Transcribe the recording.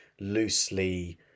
loosely